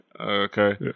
okay